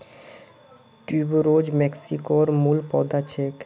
tuberose मेक्सिकोर मूल पौधा छेक